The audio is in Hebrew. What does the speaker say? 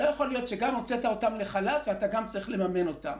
לא יכול להיות שגם הוצאת אותם לחל"ת ואתה גם צריך לממן אותם.